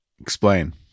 Explain